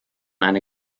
einer